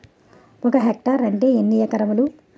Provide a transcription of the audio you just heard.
ఒక హెక్టార్ అంటే ఎన్ని ఏకరములు?